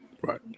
Right